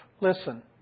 Listen